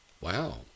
Wow